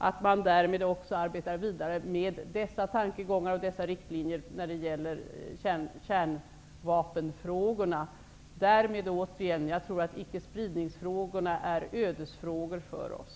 Det är naturligt att man arbetar vidare med dessa tankegångar och dessa riktlinjer när det gäller kärnvapenfrågorna. Jag tror -- jag säger det återigen -- att icke-spridningsfrågorna är ödesfrågor för oss.